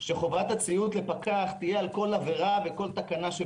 שחובת הציות לפקח תהיה על כל עבירה וכל תקנה.